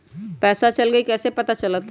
पैसा चल गयी कैसे पता चलत?